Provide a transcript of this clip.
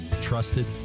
trusted